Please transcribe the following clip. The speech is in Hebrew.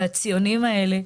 הציונים האלה,